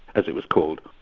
as it was called.